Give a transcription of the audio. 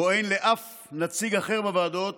שבו אין לאף נציג אחר בוועדות